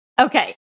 Okay